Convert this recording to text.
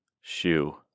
Shoe